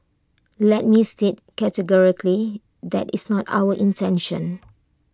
let me state categorically that is not our intention